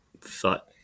thought